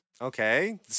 Okay